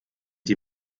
die